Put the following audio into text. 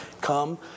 come